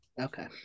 Okay